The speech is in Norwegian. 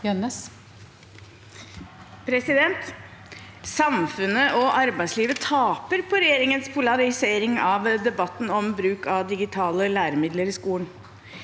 Samfunnet og ar- beidslivet taper på regjeringens polarisering av debatten om bruk av digitale læremidler i skolen.